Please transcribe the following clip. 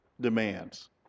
demands